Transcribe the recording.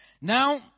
Now